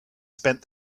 spent